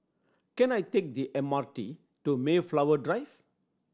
can I take the M R T to Mayflower Drive